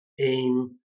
aim